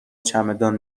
چمدان